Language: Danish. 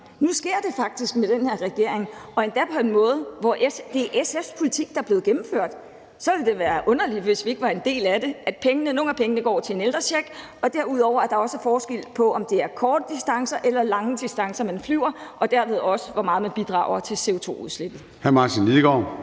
Nu sker det faktisk med den her regering. Det er SF's politik, der er blevet gennemført, og så ville det være underligt, hvis vi ikke var en del af det. Nogle af pengene går til en ældrecheck, og derudover er der også forskel på, om det er korte distancer eller lange distancer, man flyver, og dermed også, hvor meget man bidrager til CO2-udslippet.